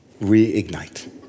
reignite